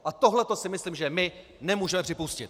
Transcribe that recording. A tohle si myslím, že my nemůžeme připustit!